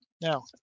Now